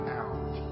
out